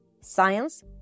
science